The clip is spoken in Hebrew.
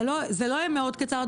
זה לא יהיה מאוד קצר,